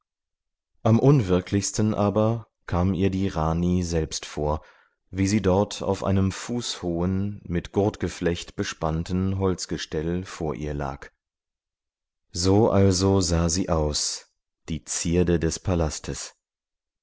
am unwirklichsten aber kam ihr die rani selbst vor wie sie dort auf einem fußhohen mit gurtgeflecht bespannten holzgestell vor ihr lag so also sah sie aus die zierde des palastes